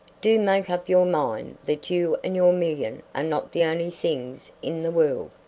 do make up your mind that you and your million are not the only things in the world.